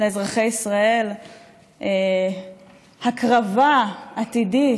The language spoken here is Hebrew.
לאזרחי ישראל הקרבה עתידית,